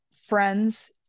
friends